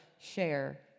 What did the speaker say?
share